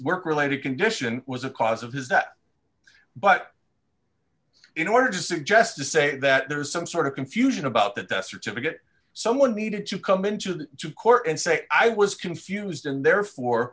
work related condition was a cause of his that but in order to suggest to say that there is some sort of confusion about that certificate someone needed to come into the to court and say i was confused and therefore